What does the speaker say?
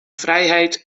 frijheid